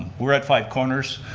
we're at five corners.